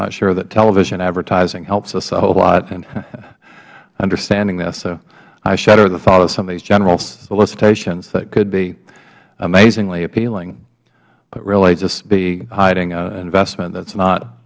not sure that television advertising helps us a whole lot in understanding this so i shudder at the thought of some of these general solicitations that could be amazingly appealing but really just be hiding an investment that's not